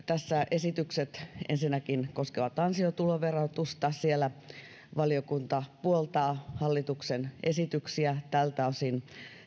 esitykset koskevat ensinnäkin ansiotuloverotusta valiokunta puoltaa hallituksen esityksiä tältä osin